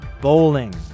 Bowling